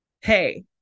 Hey